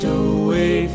away